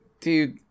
dude